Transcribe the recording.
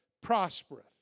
prospereth